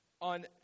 on